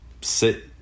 sit